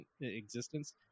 existence